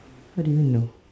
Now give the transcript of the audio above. what do you mean no